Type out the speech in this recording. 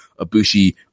Abushi